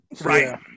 Right